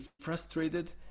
frustrated